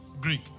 Greek